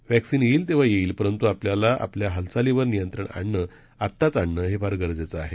वस्तीन येईल तेंव्हा येईल परंतू आपल्याला आपल्या हालचाली वरती नियंत्रण आणणं आत्ताच आणणं हे फार गरजेचं आहे